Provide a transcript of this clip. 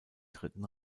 dritten